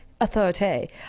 authority